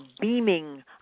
beaming